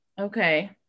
Okay